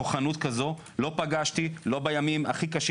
כוחנות כזו לא פגשתי בימים הכי קשים